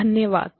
धन्यवाद